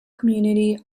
community